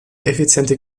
effiziente